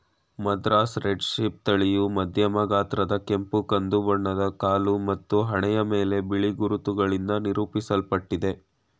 Madras red sheep ತಳಿಯು ಮಧ್ಯಮ ಗಾತ್ರದ ಕೆಂಪು ಕಂದು ಬಣ್ಣದ ಕಾಲು ಮತ್ತು ಹಣೆಯ ಮೇಲೆ ಬಿಳಿ ಗುರುತುಗಳಿಂದ ನಿರೂಪಿಸಲ್ಪಟ್ಟಿದೆ